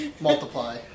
Multiply